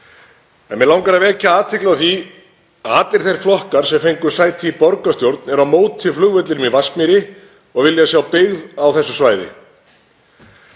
En mig langar að vekja athygli á því að allir þeir flokkar sem fengu sæti í borgarstjórn eru á móti flugvellinum í Vatnsmýri og vilja sjá byggð á þessu svæði.